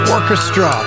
Orchestra